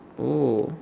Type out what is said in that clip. oh